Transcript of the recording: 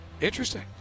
Interesting